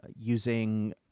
using